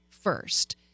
first